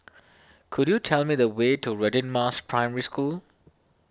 could you tell me the way to Radin Mas Primary School